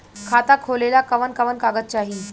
खाता खोलेला कवन कवन कागज चाहीं?